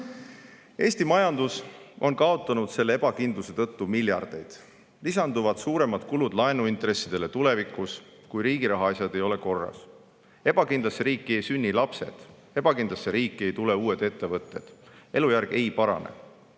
Eesti majandus on kaotanud selle ebakindluse tõttu miljardeid. Lisanduvad suuremad kulud laenuintressidele tulevikus, kui riigi rahaasjad ei ole korras. Ebakindlasse riiki ei sünni lapsed, ebakindlasse riiki ei tule uued ettevõtted, elujärg ei parane.